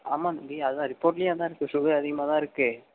ஆமாம் தம்பி அதான் ரிப்போர்ட்லையும் அதான் இருக்கு ஷுகர் அதிகமாகதான் இருக்கு